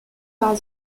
war